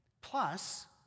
Plus